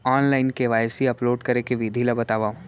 Online KYC upload करे के विधि ला बतावव?